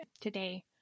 today